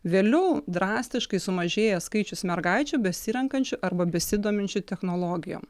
vėliau drastiškai sumažėjęs skaičius mergaičių besirenkančių arba besidominčių technologijom